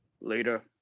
Later